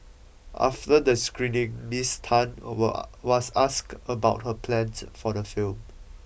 after the screening Miss Tan was asked about her plans for the film